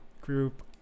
group